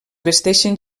vesteixen